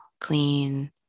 clean